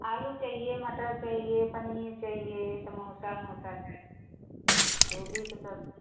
आलू चाहिए मटर चाहिए पनीर चाहिए समोसा उमोसा चाहिये गोभी की सब्जी